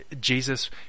Jesus